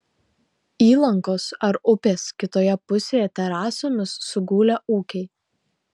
įlankos ar upės kitoje pusėje terasomis sugulę ūkiai